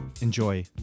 enjoy